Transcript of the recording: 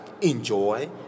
enjoy